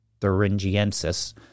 thuringiensis